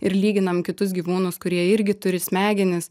ir lyginam kitus gyvūnus kurie irgi turi smegenis